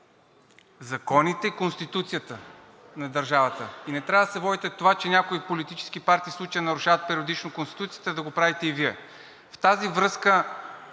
законите и Конституцията на държавата и не трябва да се водите от това, че някои политически партии в случая нарушават периодично Конституцията, да го правите и Вие. В тази връзка